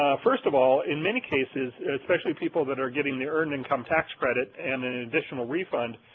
first of all, in many cases especially people that are getting the earned income tax credit and an additional refund,